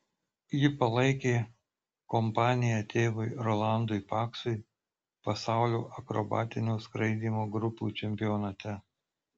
ji palaikė kompaniją tėvui rolandui paksui pasaulio akrobatinio skraidymo grupių čempionate